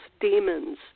demons